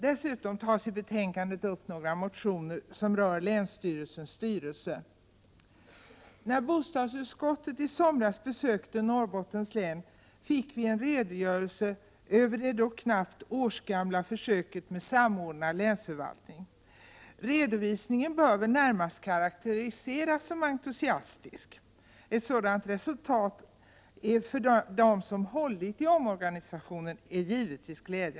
Dessutom tar man i betänkandet upp några motioner som rör länsstyrelsens styrelse. När vi i bostadsutskottet i somras besökte Norrbottens län fick vi en redogörelse för det då knappt årsgamla försöket med samordnad länsförvaltning. Redovisningen bör väl närmast karakteriseras som entusiastisk. Ett sådant resultat är givetvis glädjande för dem som har ansvarat för omorganisationen.